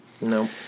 No